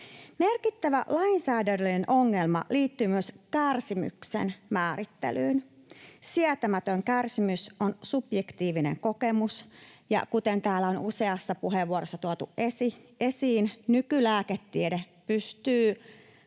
Merkittävä lainsäädännöllinen ongelma liittyy myös kärsimyksen määrittelyyn. Sietämätön kärsimys on subjektiivinen kokemus, ja kuten täällä on useassa puheenvuorossa tuotu esiin, nykylääketiede pystyy